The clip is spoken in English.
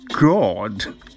god